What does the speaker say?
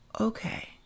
okay